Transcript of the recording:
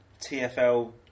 TFL